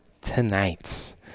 tonight